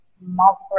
multiple